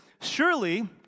surely